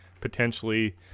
potentially